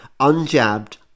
unjabbed